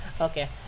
okay